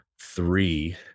three